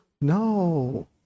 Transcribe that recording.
no